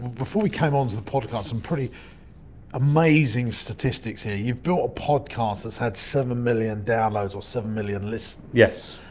before we came on to the podcast, some pretty amazing statistics here. you've built a podcast that's had seven million downloads, or seven million listens. yes.